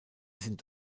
sind